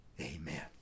Amen